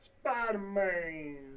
Spider-Man